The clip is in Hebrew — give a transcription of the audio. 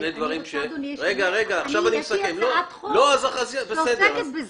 דבר נוסף זה